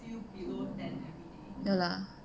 ya lah